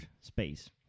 space